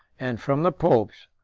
and from the popes,